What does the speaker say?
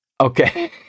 Okay